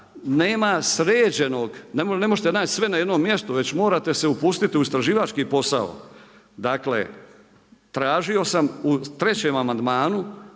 Nema sređenog, ne možete naći sve na jednom mjestu već morate se upustiti u istraživački posao. Dakle, tražio sam u trećem amandmanu